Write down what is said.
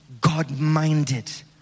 God-minded